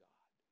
God